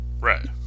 Right